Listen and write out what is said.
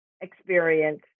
experience